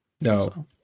No